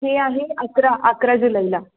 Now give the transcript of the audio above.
हे आहे अकरा अकरा जुलैला